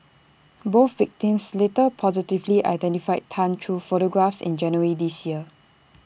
both victims later positively identified Tan through photographs in January this year